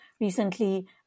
recently